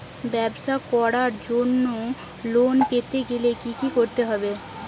ব্যবসা করার জন্য লোন পেতে গেলে কি কি করতে হবে?